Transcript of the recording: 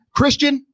Christian